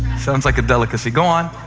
sounds like a delicacy. go on.